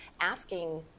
asking